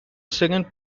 second